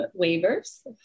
waivers